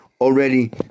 already